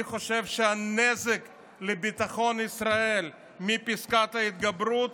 אני חושב שהנזק לביטחון ישראל מפסקת ההתגברות